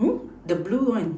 the blue one